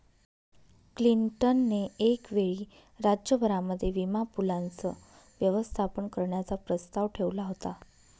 Clinton ने एक वेळी राज्य भरामध्ये विमा पूलाचं व्यवस्थापन करण्याचा प्रस्ताव ठेवला होता